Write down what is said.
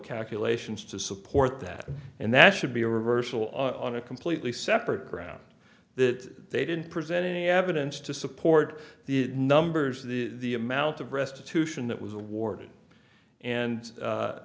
calculations to support that and that should be a reversal on a completely separate grounds that they didn't present any evidence to support the numbers the amount of restitution that was awarded and